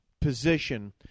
position